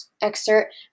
excerpt